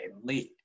lead